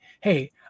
hey